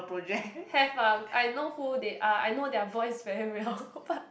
have ah I know who they are I know their voice very well but